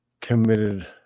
committed